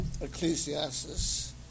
Ecclesiastes